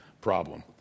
problem